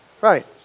right